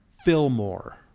Fillmore